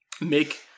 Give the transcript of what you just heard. make